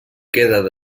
quedava